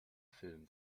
film